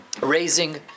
raising